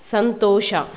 ಸಂತೋಷ